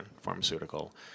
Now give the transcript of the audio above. pharmaceutical